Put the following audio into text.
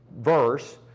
verse